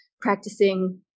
practicing